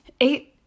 eight